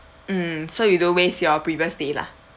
mm so you don't waste your previous stay lah